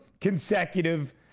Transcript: consecutive